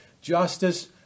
Justice